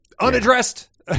Unaddressed